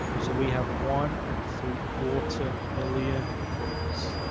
so, we have one and three quarter million books,